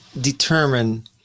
determine